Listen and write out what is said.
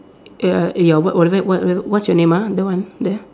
ya eh your what whatever what what's your name ah the one there